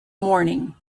morning